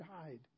died